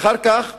ואחר כך אומרים: